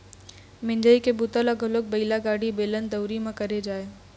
मिंजई के बूता ल घलोक बइला गाड़ी, बेलन, दउंरी म करे जाए